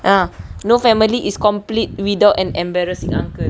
ah no family is complete without an embarrassing uncle